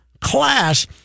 class